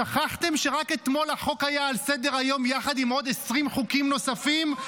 שכחתם שרק אתמול החוק היה על סדר-היום יחד עם עוד 20 חוקים נוספים?